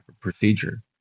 procedure